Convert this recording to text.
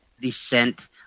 descent